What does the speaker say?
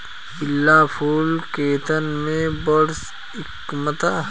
पिला फूल खेतन में बड़ झम्कता